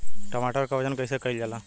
टमाटर क वजन कईसे कईल जाला?